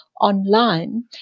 online